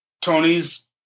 Tony's